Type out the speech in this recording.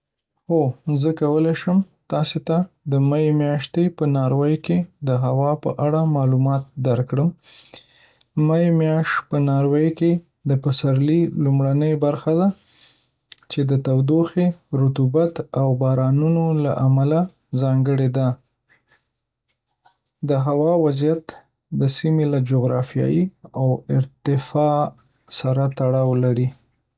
هو، زه کولی شم تاسو ته د می میاشتې په ناروې کې د هوا په اړه معلومات درکړم. می میاشت په ناروې کې د پسرلي لومړنۍ برخه ده، چې د تودوخې، رطوبت، او بارانونو له امله ځانګړې ده. د هوا وضعیت د سیمې له جغرافیې او ارتفاع سره تړاو لري